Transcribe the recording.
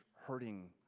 hurting